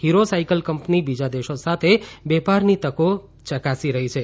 હિરો cycle કંપની બીજા દેશો સાથે વેપારની તકો યકાસી રહી છે